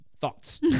thoughts